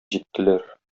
җиттеләр